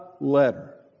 letter